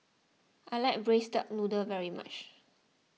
I like Braised Duck Noodle very much